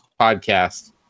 podcast